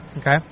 Okay